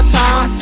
time